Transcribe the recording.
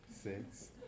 six